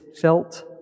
felt